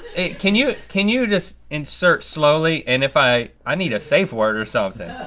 can you can you just insert slowly and if i, i need a safe word or something.